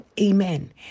Amen